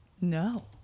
no